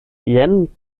jen